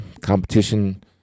competition